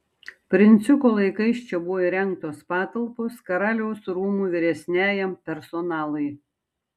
princiuko laikais čia buvo įrengtos patalpos karaliaus rūmų vyresniajam personalui